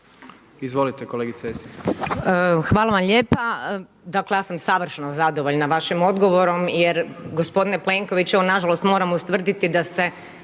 Izvolite kolegice